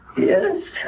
Yes